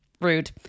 Rude